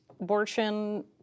abortion